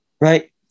Right